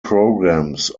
programs